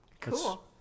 cool